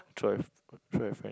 show your show your friend